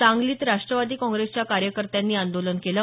सांगलीत राष्ट्रवादी काँग्रेसच्या कार्यकर्त्यांनी आंदोलन केलं